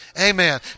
Amen